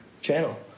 channel